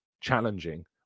challenging